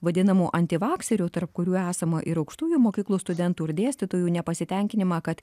vadinamų antivakserių tarp kurių esama ir aukštųjų mokyklų studentų ir dėstytojų nepasitenkinimą kad